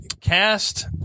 Cast